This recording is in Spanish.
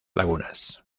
lagunas